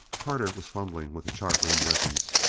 carter was fumbling with the chart room weapons.